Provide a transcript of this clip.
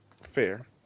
Fair